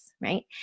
right